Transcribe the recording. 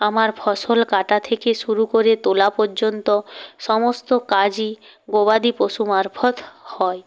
আমার ফসল কাটা থেকে শুরু করে তোলা পর্যন্ত সমস্ত কাজই গবাদি পশু মারফৎ হয়